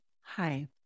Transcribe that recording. Hi